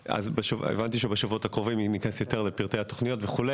הבנתי שבשבועות הקרובים ניכנס יותר לפרטי התוכניות וכו',